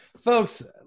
Folks